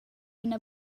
ina